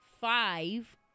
five